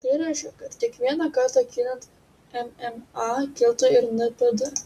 tai reiškia kad kiekvieną kartą kylant mma kiltų ir npd